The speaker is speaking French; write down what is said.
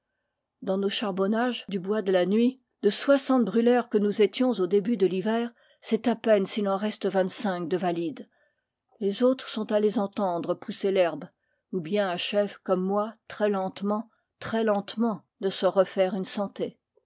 dans nos charbonnages du bois de la nuit de soixante brûleurs que nous étions au début de l'hiver c'est à peine s'il en reste vingt-cinq de valides les autres sont allés entendre pousser l'herbe ou bien achèvent comme moi très lentement très lentement de se refaire une santé